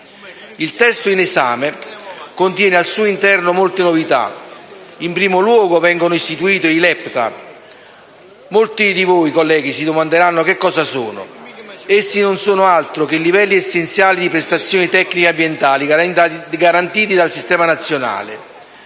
Il testo in esame contiene al suo interno molte novità. In primo luogo, vengono istituiti i LEPTA. Molti di voi, colleghi, si domanderanno che cosa sono: non sono altro che livelli essenziali di prestazioni tecniche ambientali garantiti dal Sistema nazionale,